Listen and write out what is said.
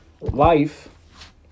Life